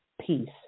peace